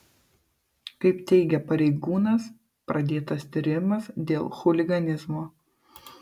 kaip teigia pareigūnas pradėtas tyrimas dėl chuliganizmo